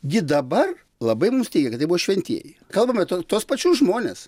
gi dabar labai mums teigia kad tai buvo šventieji kalbam apie tuos pačius žmones